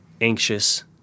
anxious